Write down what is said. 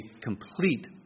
complete